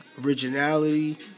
originality